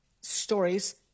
stories